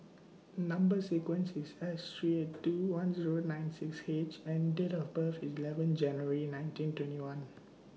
Number sequence IS S three eight two one Zero nine six H and Date of birth IS eleven January nineteen twenty one